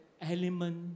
element